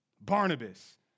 Barnabas